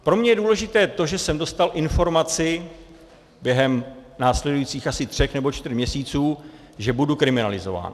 Pro mě je důležité to, že jsem dostal informaci během následujících asi tří nebo čtyř měsíců, že budu kriminalizován.